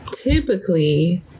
typically